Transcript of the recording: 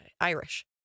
Irish